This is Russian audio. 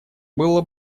было